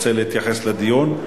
רוצה להתייחס לדיון.